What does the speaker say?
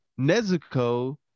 Nezuko